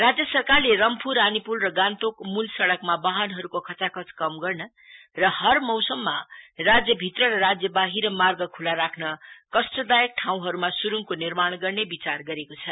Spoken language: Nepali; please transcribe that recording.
राज्य सरकारले रम्फु रानीपूल र गान्तोक मूल सइकमा वाहनहरुको खचाखच कम गर्न र हर मौसममा राज्यभित्र र राज्यवाहिर मार्ग खुला राख्न कष्टदायक ठाँउहरुमा सुरुङके निर्माण गर्ने विचार गरेको छ